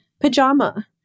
pajama